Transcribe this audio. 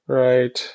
right